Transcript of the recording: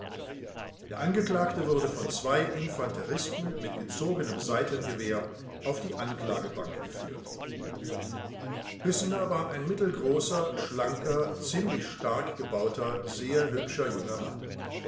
der angeklagte wurde von zwei infanteristen mit gezogenem seitengewehr auf die anklagebank geführt hüssener war ein mittelgroßer schlanker ziemlich stark gebauter sehr hübscher junger mann